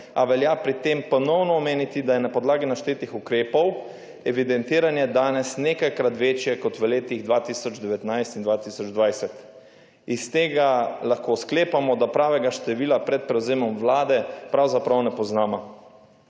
a velja pri tem ponovno omeniti, da je na podlagi naštetih ukrepov evidentiranje danes nekajkrat večje kot v letih 2019 in 2020. Iz tega lahko sklepamo, da pravega števila pred prevzemom vlade pravzaprav ne poznamo.